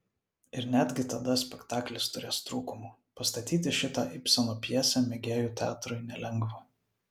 ir netgi tada spektaklis turės trūkumų pastatyti šitą ibseno pjesę mėgėjų teatrui nelengva